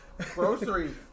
groceries